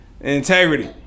Integrity